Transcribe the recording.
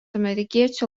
amerikiečių